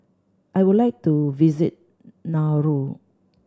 I would like to visit Nauru